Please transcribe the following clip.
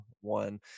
one